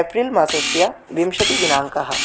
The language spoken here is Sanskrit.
एप्रिल्मासस्य विंशतिदिनाङ्कः